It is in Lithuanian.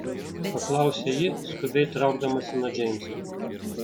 paklausė ji skubiai traukdamasi nuo džeimso